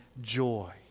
joy